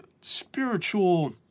spiritual